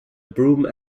broome